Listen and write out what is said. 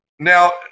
Now